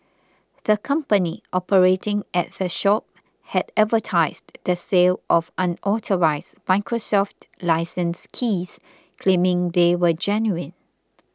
the company operating at the shop had advertised the sale of unauthorised Microsoft licence keys claiming they were genuine